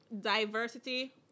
diversity